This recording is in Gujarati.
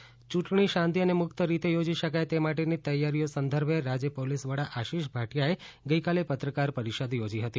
યૂંટણી શાંતિ અને મુક્ત રીતે યોજી શકાય તે માટેની તૈયારીઓ સંદર્ભે રાજ્ય પોલીસ વડા આશિષ ભાટિયાએ ગઇકાલે પત્રકાર પરિષદ યોજી હતી